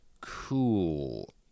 cool